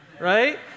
right